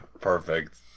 Perfect